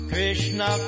Krishna